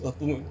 he got two